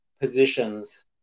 positions